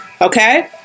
Okay